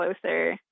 closer